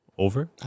Over